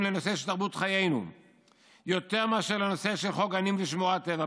לנושא של תרבות חיינו יותר מאשר לנושא של חוק גנים ושמורות טבע.